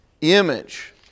image